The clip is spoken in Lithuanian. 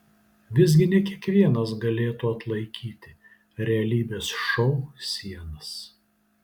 visgi ne kiekvienas galėtų atlaikyti realybės šou sienas